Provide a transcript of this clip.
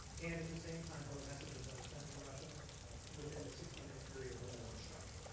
and at the same time there were messages that were sent to the russians of within this sixty minute period of when we would strike.